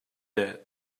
debt